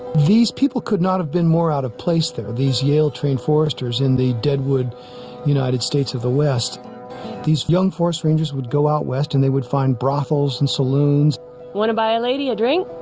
these people could not have been more out of place there these yale trained foresters in the deadwood united states of the west these young forest rangers would go out west and they would find brothels and saloons wanna buy a lady a drink?